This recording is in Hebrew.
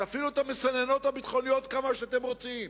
תפעילו את המסננות הביטחוניות כמה שאתם רוצים,